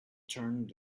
turned